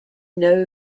know